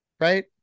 Right